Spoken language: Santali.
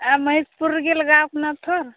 ᱟᱨ ᱢᱚᱦᱤᱥᱯᱩᱨ ᱨᱮᱜᱮ ᱞᱟᱜᱟᱣ ᱟᱠᱟᱱᱟ ᱛᱚ